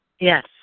Yes